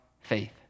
faith